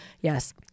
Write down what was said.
Yes